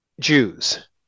Jews